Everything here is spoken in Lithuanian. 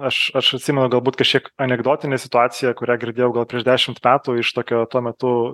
aš aš atsimenu galbūt kažkiek anekdotinę situaciją kurią girdėjau gal prieš dešimt metų iš tokio tuo metu